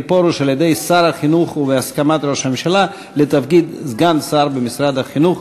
פרוש על-ידי שר החינוך ובהסכמת ראש הממשלה לתפקיד סגן שר במשרד החינוך.